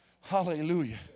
Hallelujah